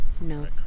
No